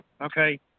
Okay